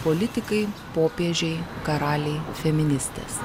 politikai popiežiai karaliai feministės